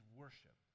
worship